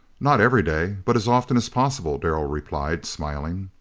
not every day, but as often as possible, darrell replied, smiling.